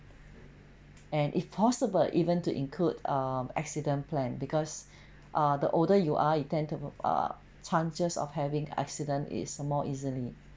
and if possible even to include uh accident plan because uh the older you are you tend to err chances of having accident is more easily